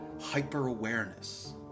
hyper-awareness